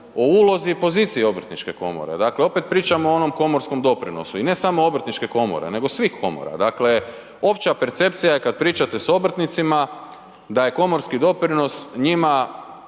o ulozi i poziciji obrtničke komore, dakle opet pričamo o onom komorskom doprinosu i ne samo obrtničke komore nego svih komora. Dakle opća percepcija je kad pričate s obrtnicima da je komorski doprinos njima